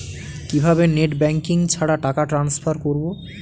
কিভাবে net banking ছাড়া টাকা টান্সফার করব?